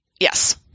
yes